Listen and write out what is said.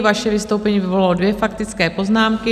Vaše vystoupení vyvolalo dvě faktické poznámky.